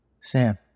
Sam